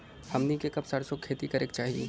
हमनी के कब सरसो क खेती करे के चाही?